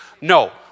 No